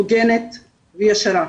הוגנת וישרה.